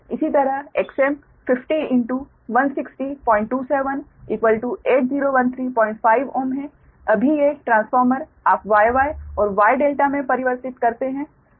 इसी तरह Xm 50 16027 80135 Ω है अभी ये ट्रांसफार्मर आप Y Y or Y ∆ में परिवर्तित करते हैं